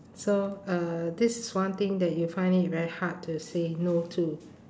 so uh this is one thing you find it very hard to say no to